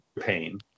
Pain